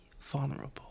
vulnerable